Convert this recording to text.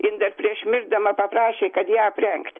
jin dar prieš mirdama paprašė kad ją aprengt